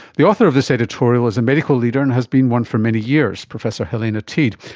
the author of this editorial is a medical leader and has been one for many years, professor helena teede,